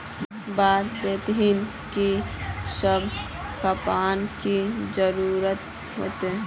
बता देतहिन की सब खापान की जरूरत होते?